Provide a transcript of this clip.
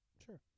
Sure